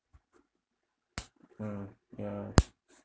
mm ya